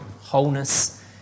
wholeness